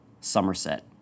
Somerset